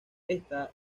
esta